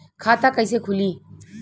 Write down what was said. खाता कइसे खुली?